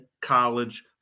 college